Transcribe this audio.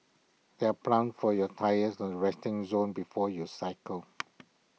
there are pumps for your tyres at the resting zone before you cycle